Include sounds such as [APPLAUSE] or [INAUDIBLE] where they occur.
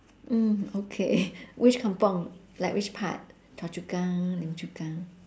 mm okay [LAUGHS] which kampung like which part choa chu kang lim chu kang